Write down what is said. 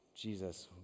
Jesus